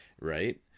Right